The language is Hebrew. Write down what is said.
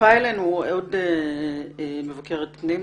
הצטרפה אלינו עוד מבקרת פנים,